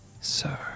Sir